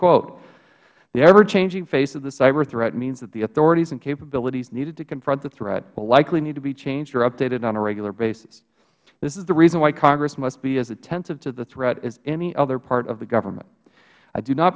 collaboration the ever changing face of the cyber threat means that the authorities and capabilities needed to confront the threat will likely need to be changed or updated on a regular basis this is the reason why congress must be as attentive to the threat as any other part of the government i do not